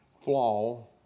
flaw